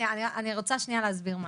אני רוצה שנייה להסביר משהו,